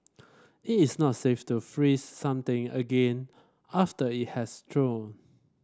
it is not safe to freeze something again after it has thawed